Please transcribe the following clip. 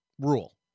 rule